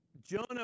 Jonah